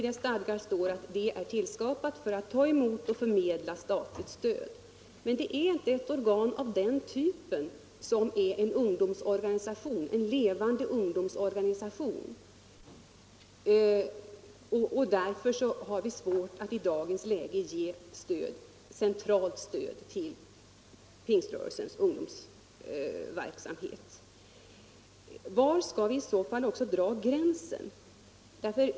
I dess stadgar står att det är tillskapat för att ta emot och förmedla statligt stöd. Men det är inte ett organ av den typ som man menar med en levande ungdomsorganisation. Därför har vi svårt att i dagens läge ge centralt stöd till pingströrelsens ungdomsverksamhet. Var skall vi annars dra gränsen?